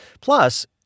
Plus